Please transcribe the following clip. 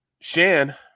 Shan